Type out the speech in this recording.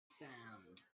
sound